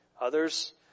others